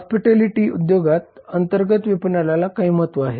hospitality उद्योगात अंतर्गत विपणनाला काही महत्त्व आहे